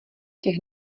těch